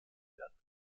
werden